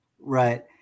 Right